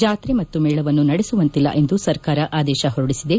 ಜಾತ್ರೆ ಮತ್ತು ಮೇಳವನ್ನು ನಡೆಸುವಂತಿಲ್ಲ ಎಂದು ಸರ್ಕಾರ ಆದೇಶ ಹೊರಡಿಸಿದೆ